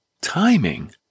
timing